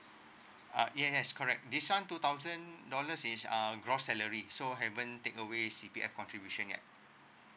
uh yes yes correct this [one] two thousand dollars is uh gross salary so haven't take away C_P_F contribution